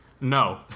no